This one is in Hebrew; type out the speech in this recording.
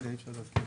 אני אגיד בדיוק.